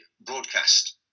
broadcast